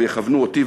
ויכוונו אותי,